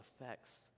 affects